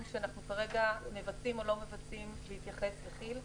שאנחנו כרגע מבצעים או לא מבצעים בהתייחס לכי"ל.